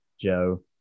Joe